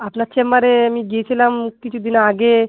আপনার চেম্বারে আমি গিয়েছিলাম কিছু দিন আগে